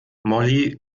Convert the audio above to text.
molly